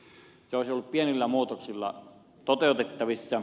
se olisi ollut pienillä muutoksilla toteutettavissa